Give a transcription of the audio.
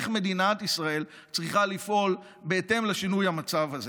איך מדינת ישראל צריכה לפעול בהתאם לשינוי המצב הזה,